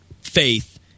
Faith